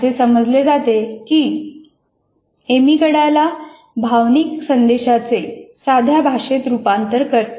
असे समजले जाते की अमिगडाला भावनिक संदेशाचे साध्या भाषेत रूपांतर करते